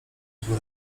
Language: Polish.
zły